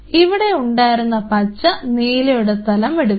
ഇവിടെ ഉണ്ടായിരുന്ന പച്ച നീലയുടെ സ്ഥലം ഏറ്റെടുക്കും